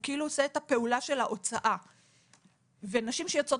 הוא כאילו עושה את הפעולה של ההוצאה מהבית ונשים שיוצאות